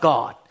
God